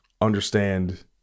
Understand